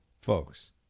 Folks